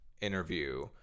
interview